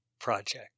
project